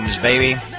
Baby